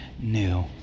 new